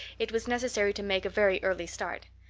it was necessary to make a very early start.